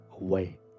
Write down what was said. away